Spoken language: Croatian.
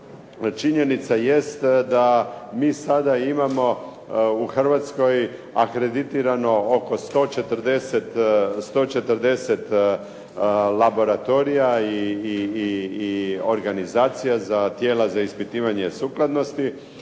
činjenica jest da mi sada imamo u Hrvatskoj akreditirano oko 140 laboratorija i organizacija za tijela za ispitivanje sukladnosti